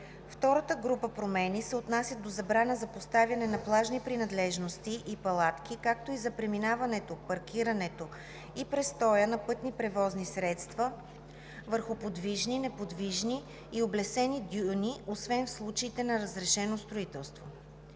Втората група промени се отнася до забрана за поставяне на плажни принадлежности и палатки, както и за преминаването, паркирането и престоя на пътни превозни средства (ППС) върху подвижни, неподвижни и облесени дюни, освен в случаите на разрешено строителство.